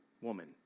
woman